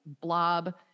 blob